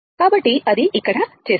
కాబట్టి అది ఇక్కడ చేశాను